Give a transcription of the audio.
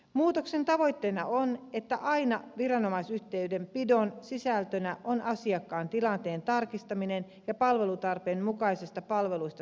muutoksen tavoitteena on että aina viranomaisyhteydenpidon sisältönä on asiakkaan tilanteen tarkistaminen ja palvelutarpeen mukaisista palveluista sopiminen